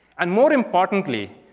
and more importantly,